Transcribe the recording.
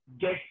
get